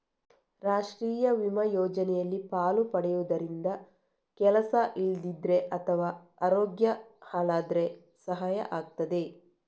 ರಾಷ್ಟೀಯ ವಿಮಾ ಯೋಜನೆಯಲ್ಲಿ ಪಾಲು ಪಡೆಯುದರಿಂದ ಕೆಲಸ ಇಲ್ದಿದ್ರೆ ಅಥವಾ ಅರೋಗ್ಯ ಹಾಳಾದ್ರೆ ಸಹಾಯ ಆಗ್ತದೆ